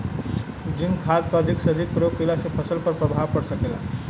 Zinc खाद क अधिक से अधिक प्रयोग कइला से फसल पर का प्रभाव पड़ सकेला?